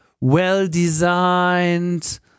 well-designed